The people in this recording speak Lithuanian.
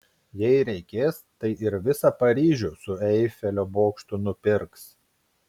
jei reikės tai ir visą paryžių su eifelio bokštu nupirks